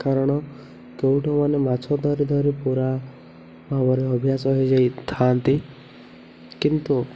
କାରଣ କେଉଟମାନେ ମାଛ ଧରି ଧରି ପୁରା ଭାବରେ ଅଭ୍ୟାସ ହେଇଯାଇଥାନ୍ତି କିନ୍ତୁ